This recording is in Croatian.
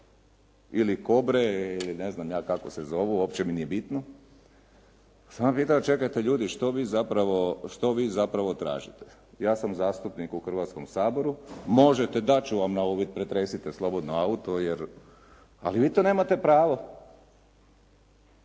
ili "Kobre" ili ne znam kako se zovu, uopće mi nije bitno. Pa sam ja pitao čekajte ljudi što vi zapravo tražite? Ja sam zastupnik u Hrvatskom saboru, možete dat ću vam na uvid, pretresite slobodno auto, jer ali vi to nemate pravo.